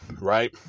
right